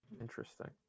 Interesting